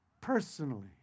personally